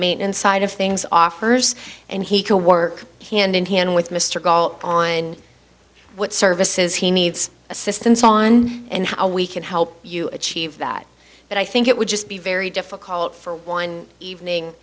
maintenance side of things offers and he will work hand in hand with mr gault on what services he needs assistance on and how we can help you achieve that but i think it would just be very difficult for one evening